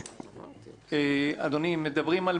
ערן, זה חוק הדגל שלך, אתה קידמת אותו.